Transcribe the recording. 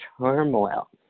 turmoil